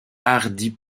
hardis